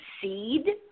seed